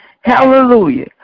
Hallelujah